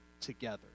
together